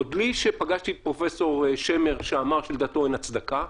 עוד בלי שפגשתי את פרופ' שמר שאמר שלדעתו אין הצדקה,